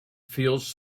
feels